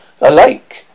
alike